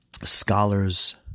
Scholars